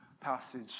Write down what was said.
passage